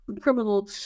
criminal